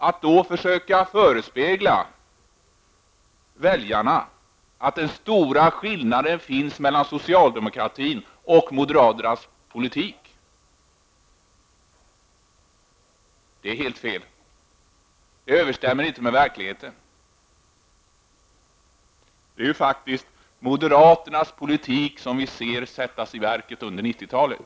Att då försöka förespegla väljarna att den stora skiljelinjen går mellan socialdemokratin och moderaternas politik är helt fel. Det överensstämmer inte med verkligheten. Det är faktiskt moderaternas politik som vi ser sättas i verket nu under 90-talet.